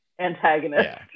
antagonist